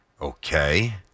Okay